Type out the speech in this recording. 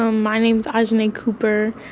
um my name's ajahnay cooper.